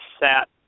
sat